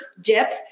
dip